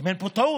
אם אין פה טעות.